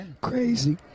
Crazy